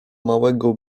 małego